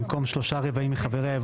רביזיה.